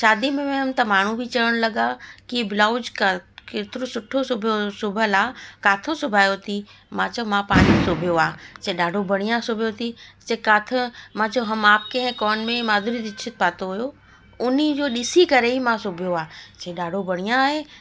शादी में वयमि त माण्हू बि चवणु लॻा की ब्लाउज क केतिरो सुठो सिबियो सिबियलु आहे काथो सिबायो अथई मां चयो मां पाण ई सिबियो आ चई ॾाढो बढ़िया सिबियो थी चे किथे मां चयो हम आपके है कौन में माधुरी दिक्षित पातो हुयो उन जो ॾिसी करे ई मां सिबियो आहे चई ॾाढो बढ़िया आहे